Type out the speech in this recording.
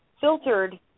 filtered